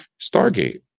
Stargate